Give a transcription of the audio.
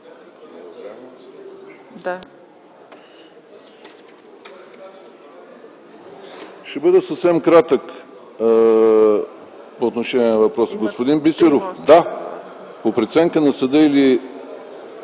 Ще бъда съвсем кратък по отношение на въпроса. Господин Бисеров, да, по преценка на съда или